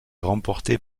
remportée